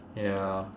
ya